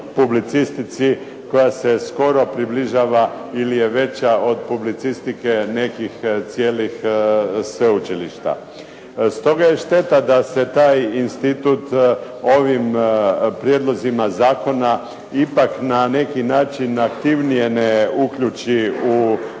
publicistici koja se skoro približava ili je veća od publicistike nekih cijelih sveučilišta. Stoga je šteta da se taj institut ovim prijedlozima zakona ipak na neki način aktivnije uključi u tu